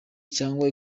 cyangwa